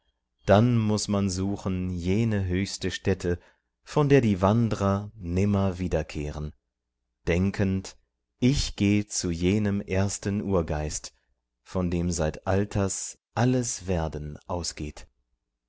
dann muß man suchen jene höchste stätte von der die wandrer nimmer wiederkehren denkend ich geh zu jenem ersten urgeist von dem seit alters alles werden ausgeht